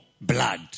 blood